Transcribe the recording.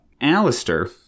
Alistair